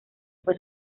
fue